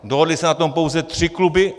Dohodly se na tom pouze tři kluby.